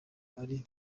ari